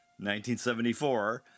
1974